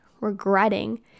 regretting